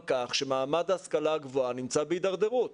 כך שמעמד ההשכלה הגבוהה נמצא בהידרדרות.